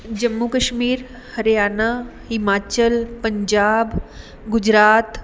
Jammu Kashmir Haryana Himachal Punjab Gujarat